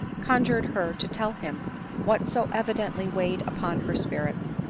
conjured her to tell him what so evidently weighed upon her spirits.